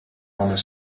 mannen